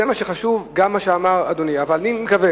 זה מה שחשוב, גם מה שאמר אדוני, אבל אני מקווה